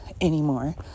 anymore